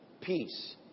peace